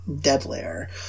deadlier